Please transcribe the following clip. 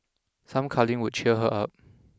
some cuddling could cheer her up